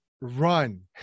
run